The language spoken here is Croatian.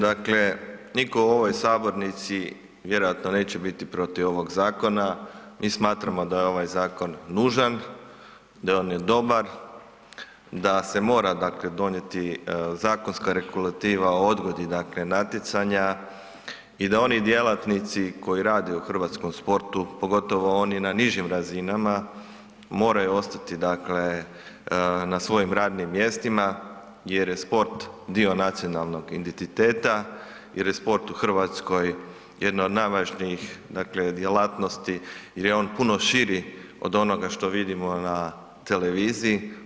Dakle, niko u ovoj sabornici vjerojatno neće biti protiv ovog zakona, mi smatramo da je ovaj zakon nužan, da je on dobar, da se mora donijeti zakonska regulativa o odgodi natjecanja i da oni djelatnici koji rade u hrvatskom sportu, pogotovo oni na nižim razinama moraju ostati na svojim radnim mjestima jer je sport dio nacionalnog identiteta, jer je sport u Hrvatskoj jedna od najvažnijih djelatnosti jer je on puno širi od onoga što vidim ona televiziji.